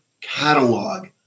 catalog